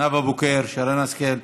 נאוה בוקר, שרן השכל.